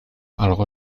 algo